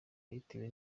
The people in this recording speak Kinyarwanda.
yabitewe